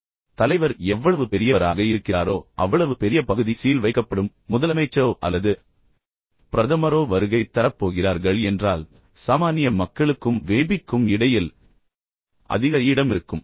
இதேபோல் தலைவர் எவ்வளவு பெரியவராக இருக்கிறாரோ அவ்வளவு பெரிய பகுதி சீல் வைக்கப்படும் முதலமைச்சரோ அல்லது பிரதமரோ வருகை தரப் போகிறார்கள் என்றால் எனவே சாமானிய மக்களுக்கும் விஐபிக்கும் இடையில் அதிக இடம் இருக்கும்